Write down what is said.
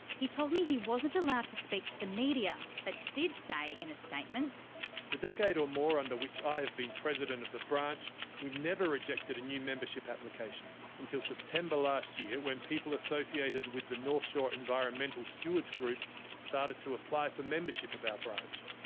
he told me he wasn't allowed to speak to the media, but did say in a statement actor the decade or more under which i have been president of the branch we never rejected a new membership application until september last year when people associated with the north shore environmental stewards group started to apply for membership of our branch.